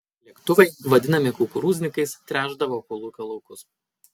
lėktuvai vadinami kukurūznikais tręšdavo kolūkio laukus